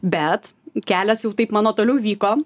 bet kelias jau taip mano toliau vyko